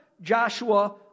Joshua